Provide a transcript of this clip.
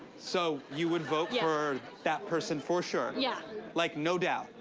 so, you would vote for that person for sure, yeah like, no doubt?